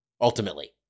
Ultimately